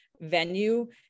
venue